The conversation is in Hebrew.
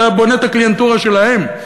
אתה בונה את הקליינטורה שלהם,